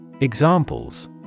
Examples